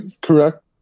Correct